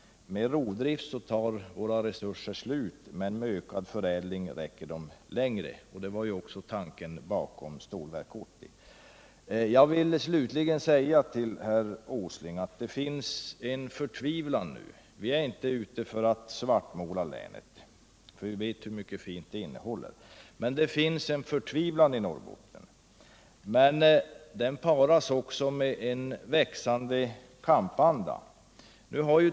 Med rovdrift tar våra resurser slut, men med ökad förädling räcker de längre. Det var ju också tanken bakom Stålverk 80. Jag vill slutligen säga till herr Åsling att det finns en förtvivlan i Norrbotten nu. Vi är inte ute för att svartmåla länet, för vi vet hur mycket fint det innehåller. Men det finns, som sagt, en förtvivlan i Norrbotten, och den paras med en växande kampanda.